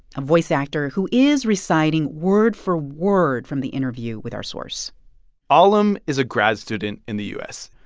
a voice actor who is reciting word for word from the interview with our source alim is a grad student in the u s.